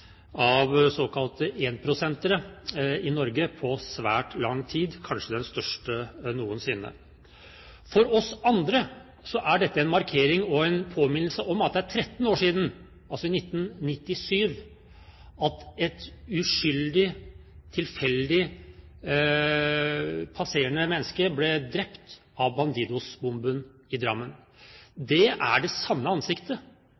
av såkalte énprosentere i Norge på svært lang tid, kanskje den største noensinne. For oss andre er dette en markering av og en påminnelse om at det er 13 år siden – i 1997 – et uskyldig, tilfeldig passerende menneske ble drept av Bandidos-bomben i Drammen. Det er ansiktet